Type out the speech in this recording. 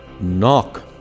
knock